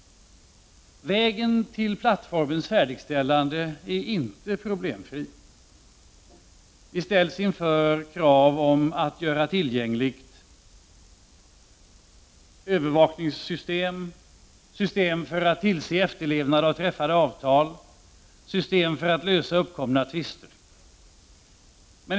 Vägen till plattformens färdigställande är inte problemfri. Vi ställs inför krav på att göra tillgängligt övervakningssystem, system för att tillse efterlevnaden av träffade avtal och system för att lösa uppkomna tvister.